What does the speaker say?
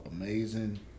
amazing